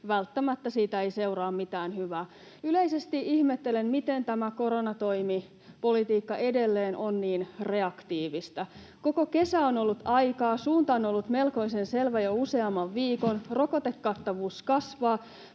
Välttämättä siitä ei seuraa mitään hyvää. Yleisesti ihmettelen, miten tämä koronatoimipolitiikka edelleen on niin reaktiivista. Koko kesä on ollut aikaa, suunta on ollut melkoisen selvä jo useamman viikon. Rokotekattavuus kasvaa,